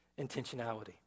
intentionality